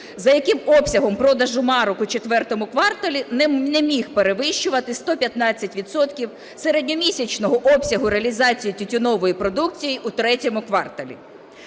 за яким обсяг продажу марок у ІV кварталі не міг перевищувати 115 відсотків середньомісячного обсягу реалізації тютюнової продукції у ІІІ кварталі.